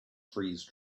freeze